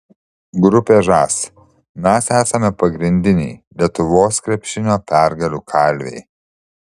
grupė žas mes esame pagrindiniai lietuvos krepšinio pergalių kalviai